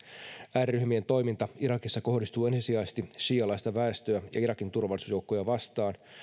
ääriryhmien toiminta irakissa kohdistuu ensisijaisesti siialaista väestöä ja irakin turvallisuusjoukkoja vastaan